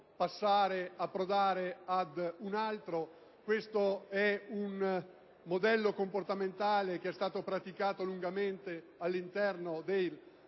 e approdare ad un altro: questo è un modello comportamentale che è stato praticato lungamente all'interno dei